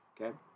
Okay